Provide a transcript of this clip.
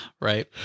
Right